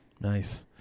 Nice